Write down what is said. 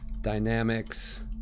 dynamics